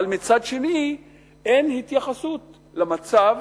אבל מצד שני אין התייחסות למצב